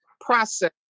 process